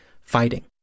fighting